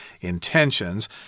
intentions